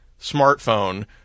smartphone